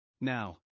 Now